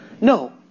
No